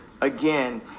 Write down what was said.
again